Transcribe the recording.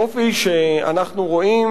אופי שאנחנו רואים,